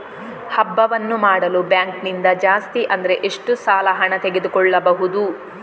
ಹಬ್ಬವನ್ನು ಮಾಡಲು ಬ್ಯಾಂಕ್ ನಿಂದ ಜಾಸ್ತಿ ಅಂದ್ರೆ ಎಷ್ಟು ಸಾಲ ಹಣ ತೆಗೆದುಕೊಳ್ಳಬಹುದು?